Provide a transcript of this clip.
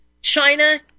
China